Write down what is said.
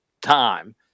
time